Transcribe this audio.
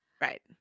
right